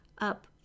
Up